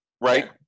right